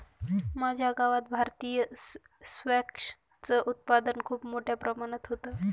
माझ्या गावात भारतीय स्क्वॅश च उत्पादन खूप मोठ्या प्रमाणात होतं